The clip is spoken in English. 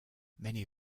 many